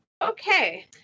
Okay